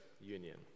union